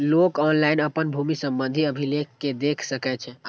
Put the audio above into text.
लोक ऑनलाइन अपन भूमि संबंधी अभिलेख कें देख सकै छै